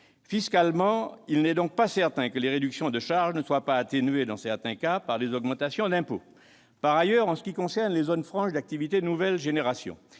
Fiscalement, il n'est donc pas certain que les réductions de charges ne soient pas atténuées dans certains cas par des augmentations d'impôts. Par ailleurs, en ce qui concerne les zones franches d'activité nouvelle génération,